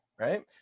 right